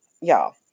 y'all